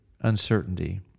uncertainty